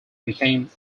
became